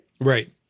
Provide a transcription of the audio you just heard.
Right